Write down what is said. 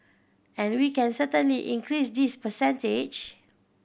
and we can certainly increase this percentage